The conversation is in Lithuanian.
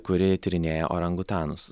kuri tyrinėja orangutanus